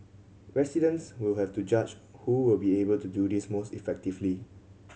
residents will have to judge who will be able to do this most effectively